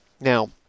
Now